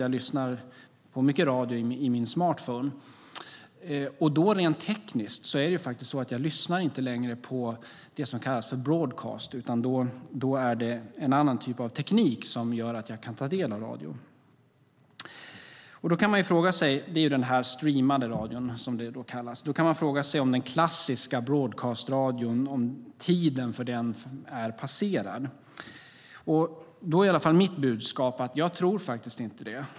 Jag lyssnar mycket på radio i min smartphone. Rent tekniskt är det faktiskt så att jag då inte längre lyssnar via det som kallas för broadcast, utan då är det en annan typ av teknik som gör att jag kan ta del av radio. Det är den här "streamade" radion, som det kallas. Då kan man fråga sig om tiden för den klassiska broadcast-radion är passerad. Då är i alla fall mitt budskap: Jag tror faktiskt inte det.